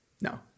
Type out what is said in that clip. No